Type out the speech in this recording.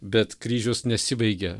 bet kryžius nesibaigia